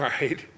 right